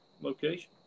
location